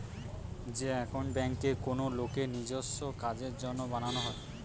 যে একাউন্ট বেঙ্কে কোনো লোকের নিজেস্য কাজের জন্য বানানো হয়